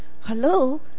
hello